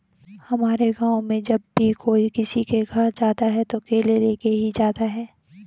हमारे गाँव में जब भी कोई किसी के घर जाता है तो केले लेके ही जाता है